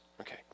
Okay